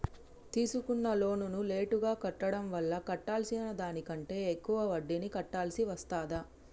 తీసుకున్న లోనును లేటుగా కట్టడం వల్ల కట్టాల్సిన దానికంటే ఎక్కువ వడ్డీని కట్టాల్సి వస్తదా?